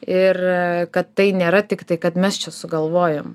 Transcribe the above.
ir kad tai nėra tiktai kad mes čia sugalvojom